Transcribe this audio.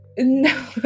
No